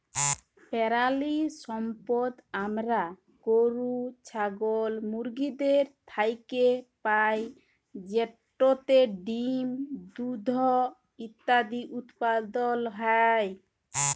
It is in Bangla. পেরালিসম্পদ আমরা গরু, ছাগল, মুরগিদের থ্যাইকে পাই যেটতে ডিম, দুহুদ ইত্যাদি উৎপাদল হ্যয়